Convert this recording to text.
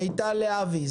מיטל להבי,